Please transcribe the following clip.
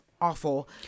awful